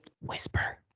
whisper